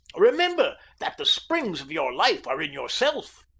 remember that the springs of your life are in yourself,